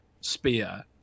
spear